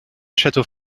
château